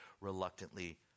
reluctantly